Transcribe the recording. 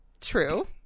True